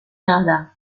nada